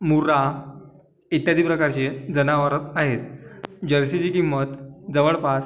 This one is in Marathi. मुर्रा इत्यादी प्रकारचे जनावरे आहेत जर्सीची किंमत जवळपास